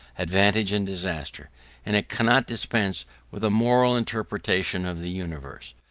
advantage and disaster and it cannot dispense with a moral interpretation of the universe.